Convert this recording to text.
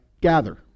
gather